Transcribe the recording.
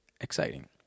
exciting